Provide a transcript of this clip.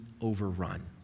overrun